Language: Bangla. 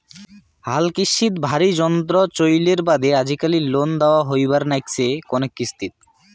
হালকৃষিত ভারী যন্ত্রর চইলের বাদে আজিকালি লোন দ্যাওয়া হবার নাইগচে কণেক কিস্তিত